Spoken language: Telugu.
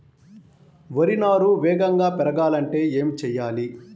వరి నారు వేగంగా పెరగాలంటే ఏమి చెయ్యాలి?